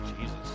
Jesus